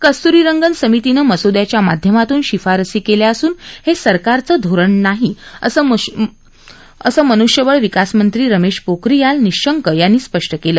कस्तुरीरंगन समितीनं मसुद्याच्या माध्यमातून शिफारसी केल्या असून हे सरकारचं धोरण नाही असं मनुष्यबळ विकास मंत्री रमेश पोखरीयाल निशंक यांनी स्पष्ट केलं